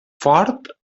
fort